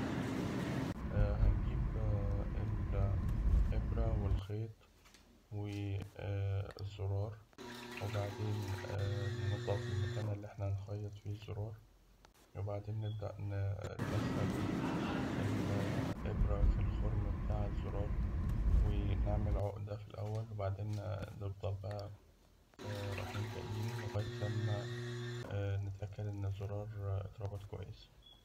هنجيب الإبرة والخيط والزرار، وبعدين ننضف المكان اللي إحنا هنخيط فيه الزرار، وبعدين نبدأ ندخل الإبرة في الزرار وبعدين نفضل بقى راحين جايين لغاية لما نتأكد إن الزرار اتربط كويس.